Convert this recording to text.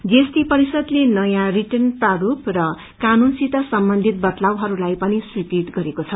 GST परिषदले नयाँ return प्रास्त र कानूनसित सम्बन्धित वदलावहस्लाई पनि स्वीकृत गरेको छ